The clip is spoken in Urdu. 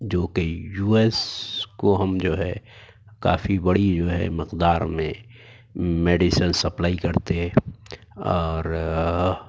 جو کہ یو ایس کو ہم جو ہے کافی بڑی جو ہے مقدار میں میڈیسن سپلائی کرتے اور